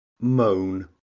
moan